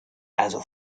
also